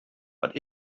but